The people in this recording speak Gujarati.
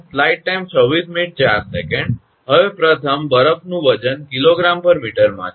હવે પ્રથમ બરફનું વજન 𝐾𝑔 𝑚 માં છે